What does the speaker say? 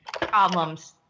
problems